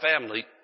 family